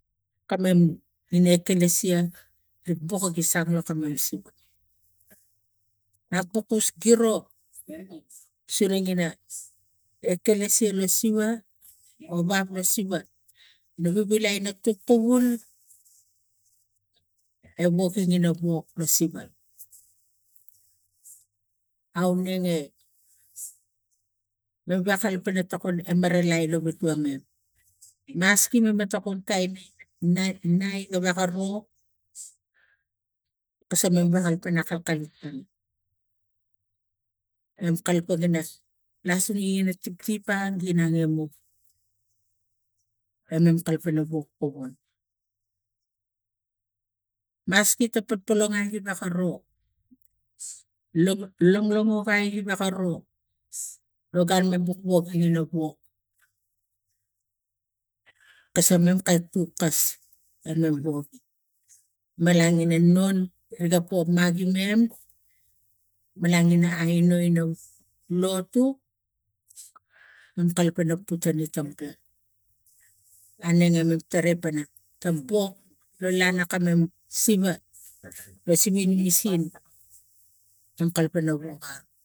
Kamem ina ekala sia gi pok ga gi sang lo komulosi na pokus giro suning ina ekelasia lo siva o wak lo siva no vivilai no kuk kuvul e woki no wok lo siva aunenge wewak kalapang na tokon maralai maski ma tokun kain in vitua ro nai gewek aro kasa mem kalapang ina akalkalit mem kalapang ina lasunge ina tiptippa ginan emu amam kakipang ina wok maksi ta polpoongai gewk aro logo longlongo gai gewek aro lo gun mam wok pina wok kasaman kos kuk kas anung wok malang ina non wok magi mem making a ai no ina lotu mam kalapang ina aneng no tara pana kam pok lo lana koma siva lo simin misin mam kalapang in a wok aro